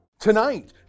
Tonight